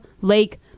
Lake